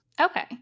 Okay